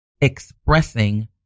expressing